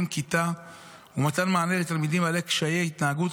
כיתה ומתן מענה לתלמידים בעלי קשיי התנהגות,